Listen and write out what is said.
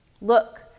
Look